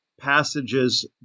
passages